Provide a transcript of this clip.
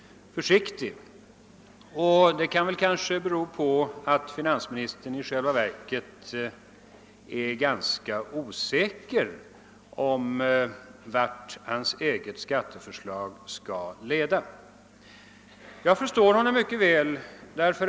Försiktigheten beror kanske på att finansministern i själva verket är ganska osäker om vart hans eget skatteförslag skall leda. Jag förstår honom mycket väl.